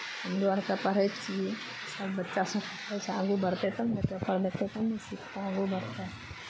हमरो आरके पढ़ै छियै सभ बच्चासभ आगू बढ़तै तब ने पेपर देखतै तब ने सिखतै आगू बढ़तै